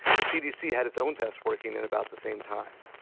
the cdc had its own tests working in about the same time.